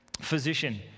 Physician